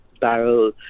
barrel